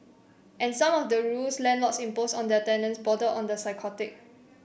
and some of the rules landlords impose on their tenants border on the psychotic